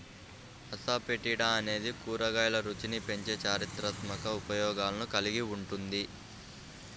asafoetida అనేది కూరగాయల రుచిని పెంచే చారిత్రాత్మక ఉపయోగాలను కలిగి ఉంటుంది